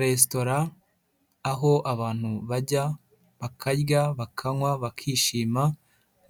Resitora aho abantu bajya bakarya, bakanywa bakishima